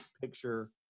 picture